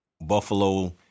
Buffalo